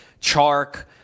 Chark